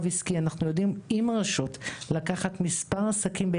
עסקי: אנחנו יודעים לקחת מספר עסקים,